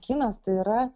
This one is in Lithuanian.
kinas tai yra